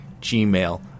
gmail